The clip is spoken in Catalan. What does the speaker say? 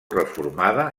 reformada